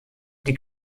die